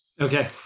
Okay